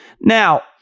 Now